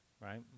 right